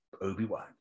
obi-wan